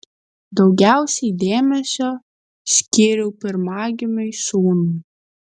daugiausiai dėmesio skyriau pirmagimiui sūnui